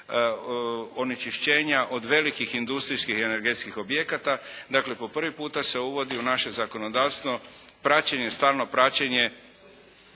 onečišćenja od velikih industrijskih energetskih objekata, dakle po prvi puta se uvodi u naše zakonodavstvo, stalno praćenje